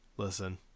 Listen